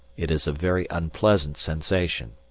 it is a very unpleasant sensation,